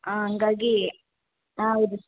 ಹಾಂ ಹಂಗಾಗಿ ಹಾಂ ಹೌದು